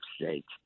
states